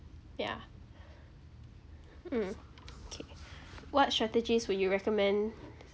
yeah mm K what strategies would you recommend